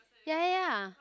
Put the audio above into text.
ya ya ya